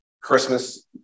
Christmas